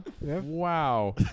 Wow